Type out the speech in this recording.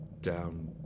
down